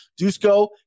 Dusko